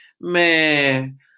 Man